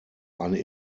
eine